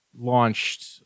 launched